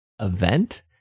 event